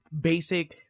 basic